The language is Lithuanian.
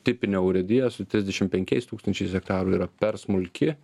tipinė urėdija su trisdešim penkiais tūkstančiais hektarų yra per smulki